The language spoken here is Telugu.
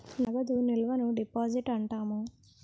నగదు నిల్వను డిపాజిట్ అంటాము